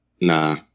Nah